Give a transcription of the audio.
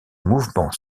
mouvement